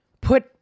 put